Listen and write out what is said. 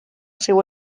seu